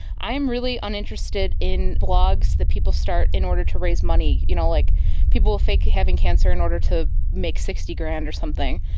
i am really uninterested in blogs that people start in order to raise money. you know, like people who fake having cancer in order to make sixty grand or something.